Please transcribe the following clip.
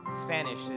Spanish